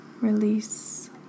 release